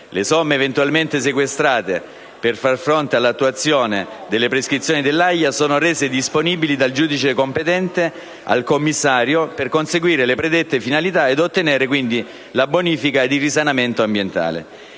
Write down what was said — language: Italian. Le somme eventualmente sequestrate per far fronte all'attuazione delle prescrizioni dell'AIA sono rese disponibili, dal giudice competente, al commissario per conseguire le predette finalità ed ottenere, quindi, la bonifica ed il risanamento ambientale.